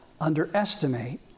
underestimate